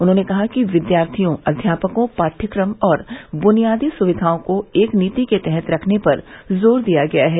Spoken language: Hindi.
उन्होंने कहा कि विद्यार्थियों अध्यापकों पाठ्यक्रम और बुनियादी सुविधाओं को एक नीति के तहत रखने पर जोर दिया गया है